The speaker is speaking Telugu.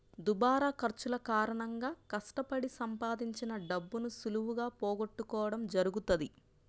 దుబారా ఖర్చుల కారణంగా కష్టపడి సంపాదించిన డబ్బును సులువుగా పోగొట్టుకోడం జరుగుతది